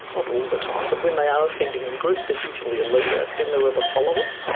not all the time, but when they are offending in groups there's usually a leader, then there are the followers.